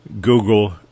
Google